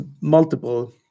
multiple